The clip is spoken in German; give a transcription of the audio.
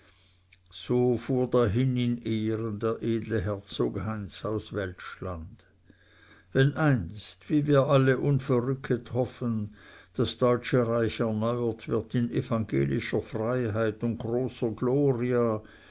so fuhr dahin in ehren der edle herzog heinz aus welschland wenn einst wie wir alle unverrücket hoffen das deutsche reich erneuert wird in evangelischer freiheit und großer gloria